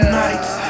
nights